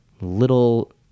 little